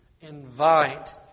invite